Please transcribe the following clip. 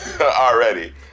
already